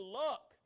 luck